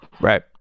right